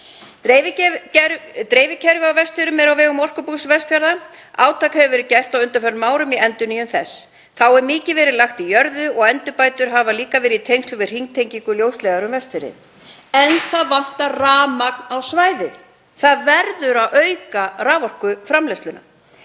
Dreifikerfið á Vestfjörðum er á vegum Orkubús Vestfjarða. Átak hefur verið gert á undanförnum árum í endurnýjun þess. Þá hefur mikið verið lagt í jörðu og endurbætur hafa líka verið gerðar í tengslum við hringtengingu ljósleiðara um Vestfirði. En það vantar rafmagn á svæðið. Það verður að auka raforkuframleiðsluna.